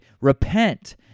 repent